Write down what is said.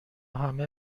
همه